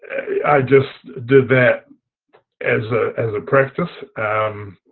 i just did that as ah as a practice and